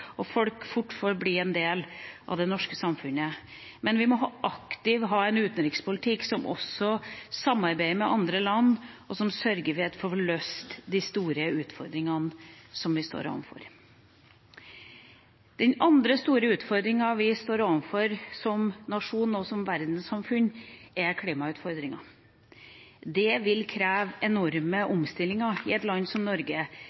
der folk fort får bli en del av det norske samfunnet, og vi må ha en aktiv utenrikspolitikk – der vi også samarbeider med andre land – som sørger for at vi får løst de store utfordringene som vi står overfor. Den andre store utfordringa vi står overfor som nasjon og som verdenssamfunn, er klimautfordringa. Det vil kreve enorme omstillinger i et land som Norge,